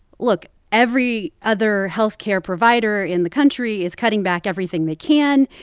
look every other health care provider in the country is cutting back everything they can.